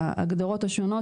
ההגדרות השונות,